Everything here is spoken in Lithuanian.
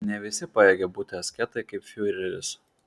ne visi pajėgia būti asketai kaip fiureris